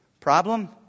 Problem